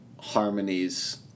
harmonies